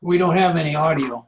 we don't have any audio